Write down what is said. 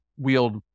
wield